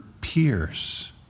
pierce